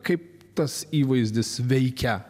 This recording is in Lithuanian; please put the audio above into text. kaip tas įvaizdis veikia